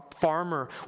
farmer